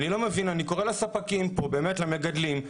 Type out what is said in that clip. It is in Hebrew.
אני קורא לספקים ולמגדלים,